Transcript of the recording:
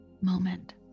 moment